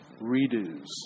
redos